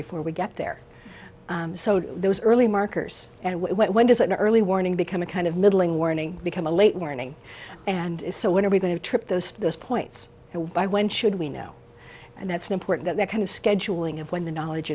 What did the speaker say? before we get there so do those early markers and when does an early warning become a kind of middling warning become a late morning and if so when are we going to trip those those points and why when should we know and that's important that that kind of scheduling of when the knowledge